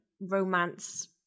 romance